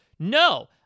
No